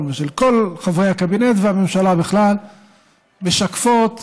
ושל כל חברי הקבינט והממשלה בכלל משקפות ניסיון,